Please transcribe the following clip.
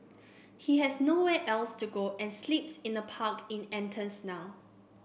he has nowhere else to go and sleeps in a park in Athens now